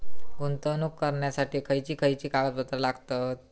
गुंतवणूक करण्यासाठी खयची खयची कागदपत्रा लागतात?